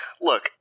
Look